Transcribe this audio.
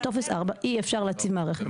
אם אין טופס 4 אי-אפשר להציב מערכת פוטו-וולטאית.